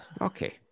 Okay